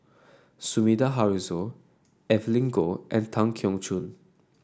Sumida Haruzo Evelyn Goh and Tan Keong Choon